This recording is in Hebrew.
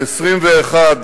ועוד 21